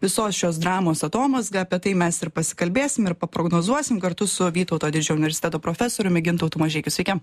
visos šios dramos atomazga apie tai mes ir pasikalbėsim ir paprognozuosim kartu su vytauto didžiojo universiteto profesoriumi gintautu mažeikiu sveiki